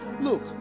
Look